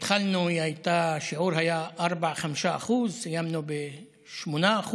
כשהתחלנו השיעור היה 4%-5%; סיימנו ב-8%.